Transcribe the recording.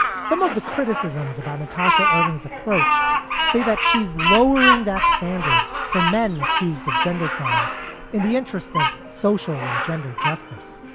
some of the criticisms about natasha erving's approach say that she's lowering that standard for men accused of gender crimes in the interest of social and gender justice.